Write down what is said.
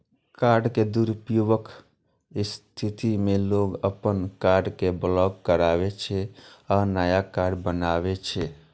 card के दुरुपयोगक स्थिति मे लोग अपन कार्ड कें ब्लॉक कराबै छै आ नया कार्ड बनबावै छै